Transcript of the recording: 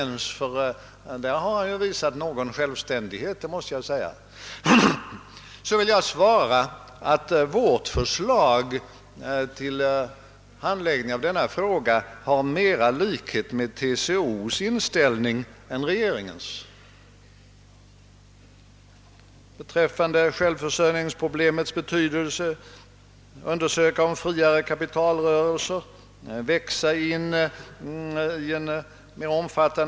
Att de skulle ha hunnit så långt i ekonomin att de frågade om kapitaltillgång, det förutsätter jag inte. Men det finns andra som frå gar sig, om statsrådet Wickman inte inser den avgörande betydelsen av att ha tillräckligt med kapital att fördela.